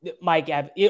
mike